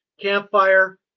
campfire